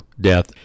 death